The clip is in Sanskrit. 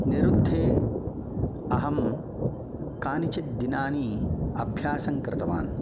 निरुद्धे अहं कानिचित् दिनानि अभ्यासङ्कृतवान्